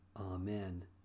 Amen